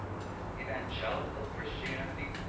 evangelical christianity,